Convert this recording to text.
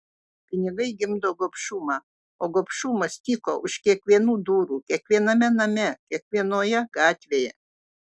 pinigai gimdo gobšumą o gobšumas tyko už kiekvienų durų kiekviename name kiekvienoje gatvėje